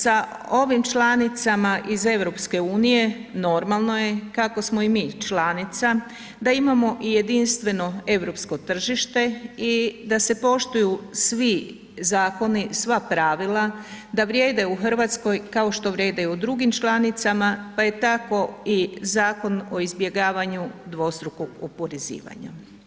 Sa ovim članicama iz EU, normalno je kako smo i mi članica da imamo i jedinstveno europsko tržište i da se poštuju svi zakoni, sva pravila, da vrijede u RH kao što vrijede i u drugim članicama, pa je i tako i Zakon o izbjegavanju dvostrukog oporezivanja.